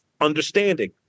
understanding